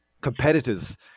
competitors